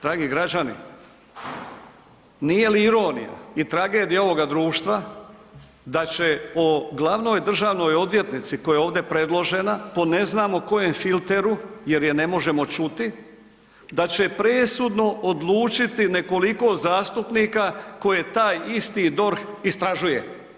Dragi građani, nije li ironija i tragedija ovoga društva da će o glavnoj državnoj odvjetnici koja je ovdje predložena po ne znamo kojem filteru jer je ne možemo čuti da će presudno odlučiti nekoliko zastupnika koje taj isti DORH istražuje.